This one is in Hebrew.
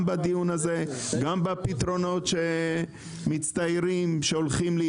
גם בפתרונות שמסתמנים.